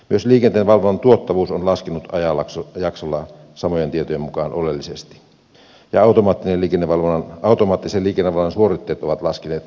myös liikenteen valvonnan tuottavuus on laskenut ajanjaksolla samojen tietojen mukaan oleellisesti ja automaattisen liikennevalvonnan suoritteet ovat laskeneet jopa huomattavasti